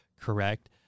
correct